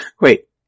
Wait